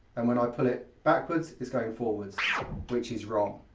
and when i pull it backwards it's going forwards which is wrong.